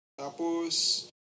Tapos